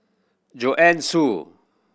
Joanne Soo